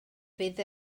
fydd